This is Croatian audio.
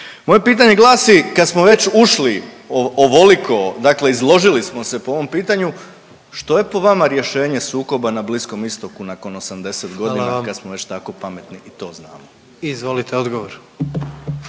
Moje pitanje glasi kad smo već ušli ovoliko, dakle izložili smo se po ovom pitanju što je po vama rješenje sukoba na Bliskom Istoku nakon 80 godina … …/Upadica predsjednik: Hvala vam./…